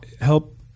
help